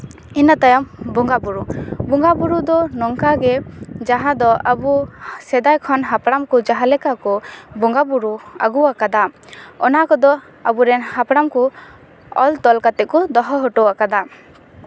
ᱤᱱᱟᱹ ᱛᱟᱭᱚᱢ ᱵᱚᱸᱜᱟᱼᱵᱳᱨᱳ ᱵᱚᱸᱜᱟᱼᱵᱳᱨᱳ ᱫᱚ ᱱᱚᱝᱠᱟᱜᱮ ᱡᱟᱦᱟᱸ ᱫᱚ ᱟᱵᱚ ᱥᱮᱫᱟᱭ ᱠᱷᱚᱱ ᱦᱟᱯᱲᱟᱢ ᱠᱚ ᱡᱟᱦᱟᱸ ᱞᱮᱠᱟᱠᱚ ᱵᱚᱸᱜᱟᱼᱵᱳᱨᱳ ᱟᱹᱜᱩ ᱠᱟᱫᱟ ᱚᱱᱟ ᱠᱚᱫᱚ ᱟᱵᱚᱨᱮᱱ ᱦᱟᱯᱲᱟᱢ ᱠᱚ ᱚᱞ ᱛᱚᱞ ᱠᱟᱛᱮ ᱠᱚ ᱫᱚᱦᱚ ᱦᱚᱴᱚ ᱠᱟᱫᱟ